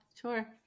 sure